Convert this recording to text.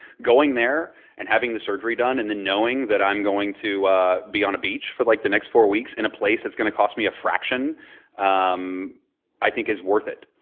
going there and having the surgery done and then, knowing that i'm going to be on a beach for like the next four weeks in a place that's going to cost me a fraction um i think is worth it.